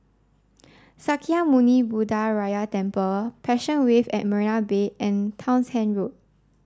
Sakya Muni Buddha Gaya Temple Passion Wave at Marina Bay and Townshend Road